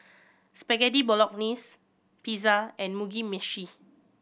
Spaghetti Bolognese Pizza and Mugi Meshi